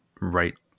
right